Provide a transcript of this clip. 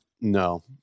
No